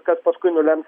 kas paskui nulems